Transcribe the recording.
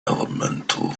elemental